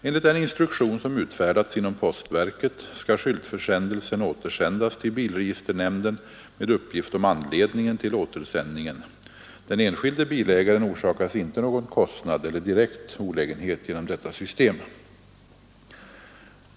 Enligt den instruktion som utfärdats inom postverket skall skyltförsändelsen återsändas till bilregisternämnden med uppgift om anledningen till återsändningen. Den enskilde bilägaren orsakas inte någon kostnad eller direkt olägenhet genom detta system.